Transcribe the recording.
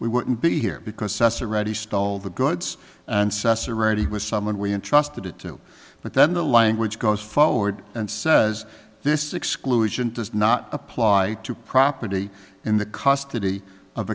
we wouldn't be here because sesar ready stole the goods and sesar already was someone we entrusted it to but then the language goes forward and says this exclusion does not apply to property in the custody of